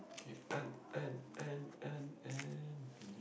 K and and and and and